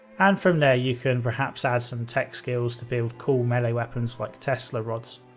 and from there you can perhaps add some tech skills to build cool melee weapons like tesla rods.